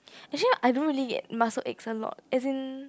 actually I don't really get muscle aches a lot as in